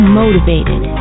motivated